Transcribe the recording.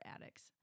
addicts